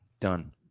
Done